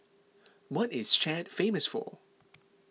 what is Chad famous for